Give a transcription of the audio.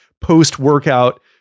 post-workout